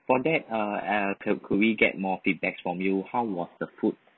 for that uh uh can could we get more feedbacks from you how was the food